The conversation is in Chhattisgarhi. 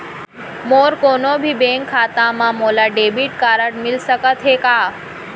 मोर कोनो भी बैंक खाता मा मोला डेबिट कारड मिलिस सकत हे का?